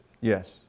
Yes